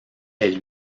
est